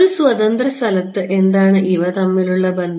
ഒരു സ്വതന്ത്ര സ്ഥലത്ത് എന്താണ് ഇവ തമ്മിലുള്ള ബന്ധം